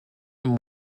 and